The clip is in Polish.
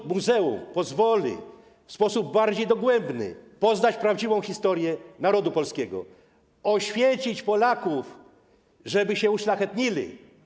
To muzeum pozwoli w sposób bardziej dogłębny poznać prawdziwą historię narodu polskiego, oświecić Polaków, żeby się uszlachetnili.